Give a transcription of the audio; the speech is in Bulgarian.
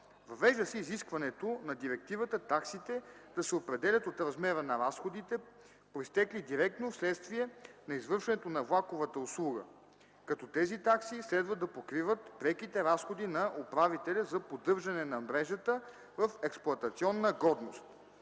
Въвежда се изискването на директивата таксите да се определят от размера на разходите, произтекли директно вследствие на извършването на влаковата услуга, като тези такси следва да покриват преките разходи на управителя за поддържане на мрежата в експлоатационна годност.